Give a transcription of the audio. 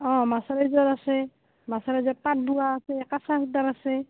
অঁ মাছৰাজিৰ আছে মাছাৰাজিৰ পাট বোৱা আছে কেঁচা সূতাৰ আছে